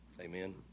Amen